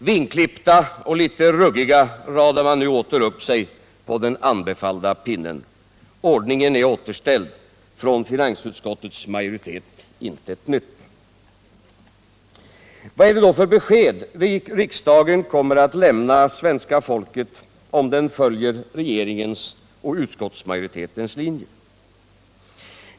Vingklippt och litet ruggig radar man nu åter upp sig på den anbefallda pinnen. Ordningen är återställd —- från finansutskottets majoritet Finansdebatt in Finansdebatt 60 intet nytt. Vad är det då för besked riksdagen kommer att lämna svenska folket, om den följer regeringens och utskottsmajoritetens linje?